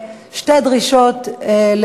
התשע"ד 2014,